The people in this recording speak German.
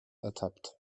ertappt